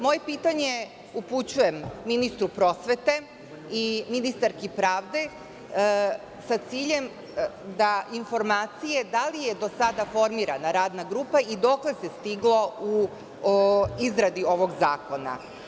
Moje pitanje upućujem ministru prosvete i ministarki pravde sa ciljem da informacije – da li je do sada formirana radna grupa i dokle se stiglo u izradi ovog zakona?